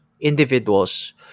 individuals